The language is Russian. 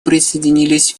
присоединились